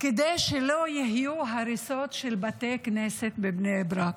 כדי שלא יהיו הריסות של בתי כנסת בבני ברק.